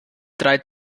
drei